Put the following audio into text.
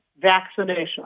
vaccination